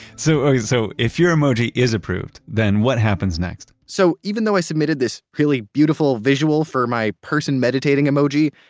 so um so if your emoji is approved, then what happens next? so even though i submitted this really beautiful visual for my person meditating emoji,